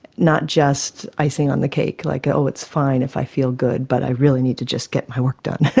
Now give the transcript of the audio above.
not just icing on the cake, like, oh, it's fine if i feel good but i really need to just get my work done.